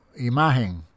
Imagen